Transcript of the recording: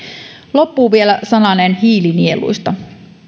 loppuun vielä sananen hiilinieluista